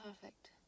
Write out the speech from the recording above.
perfect